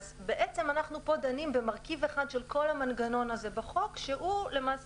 בעצם פה אנחנו דנים במרכיב אחד של כל המנגנון הזה בחוק שנשמט,